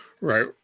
Right